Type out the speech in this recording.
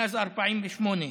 מאז 48':